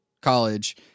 college